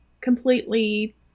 completely